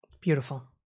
Beautiful